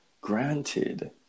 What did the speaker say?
Granted